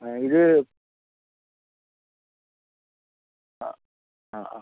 ആ ഇത് ആ ആ ആ